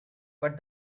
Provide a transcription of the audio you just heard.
but